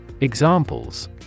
Examples